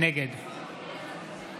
נגד